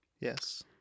Yes